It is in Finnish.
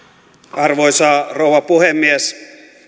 arvoisa rouva puhemies